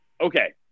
Okay